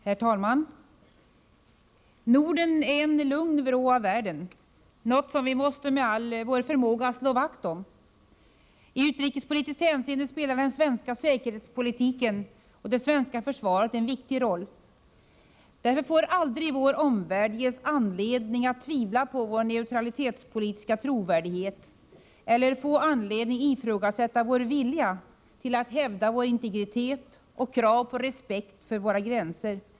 Herr talman! Norden är en lugn vrå av världen, något som vi med all vår förmåga måste slå vakt om. I utrikespolitiskt hänseende spelar den svenska säkerhetspolitiken och det svenska försvaret en viktig roll. Därför får aldrig vår omvärld ges anledning att tvivla på vår neutralitetspolitiska trovärdighet eller ifrågasätta vår vilja att hävda vår integritet och kravet på respekt för våra gränser.